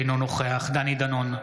אינו נוכח דני דנון,